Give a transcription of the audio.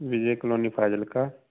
Vijay colony Fazilka